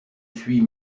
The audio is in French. suis